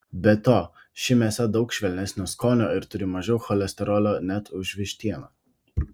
be to ši mėsa daug švelnesnio skonio ir turi mažiau cholesterolio net už vištieną